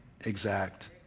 exact